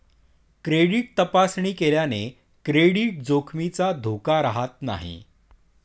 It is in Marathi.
क्रेडिट तपासणी केल्याने क्रेडिट जोखमीचा धोका राहत नाही